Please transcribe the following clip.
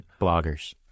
Bloggers